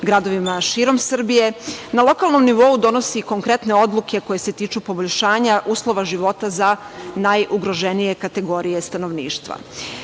gradovima širom Srbije, na lokalnom nivou donosi konkretne odluke koje se tiču poboljšanja uslova života za najugroženije kategorije stanovništva. Donošenje